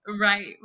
right